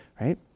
right